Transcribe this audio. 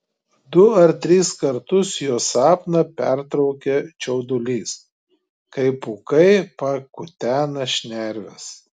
du ar tris kartus jo sapną pertraukia čiaudulys kai pūkai pakutena šnerves